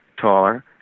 Taller